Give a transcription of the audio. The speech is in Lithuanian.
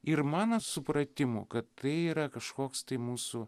ir mano supratimu kad tai yra kažkoks tai mūsų